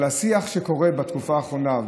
אבל השיח בתקופה האחרונה,